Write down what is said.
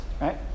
Right